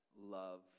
love